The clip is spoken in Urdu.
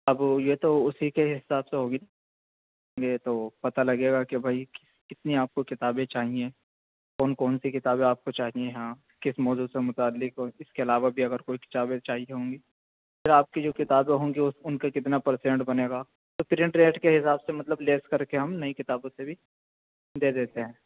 اب یہ تو اسی کے حساب سے ہوگی یہ تو پتا لگے گا کہ بھائی کتنی آپ کو کتابیں چاہیے کون کون سی کتابیں آپ کو چاہیے ہاں کس موضوع سے متعلق اور اس کے علاوہ بھی اگر کوئی کتابیں چاہیے ہوں گی پھر آپ کی جو کتابیں ہوں گی ان کے کتنا پرسینٹ بنے گا اور پرنٹ ریٹ کے حساب سے مطلب لیس کر کے ہم نئی کتابوں سے بھی دے دیتے ہیں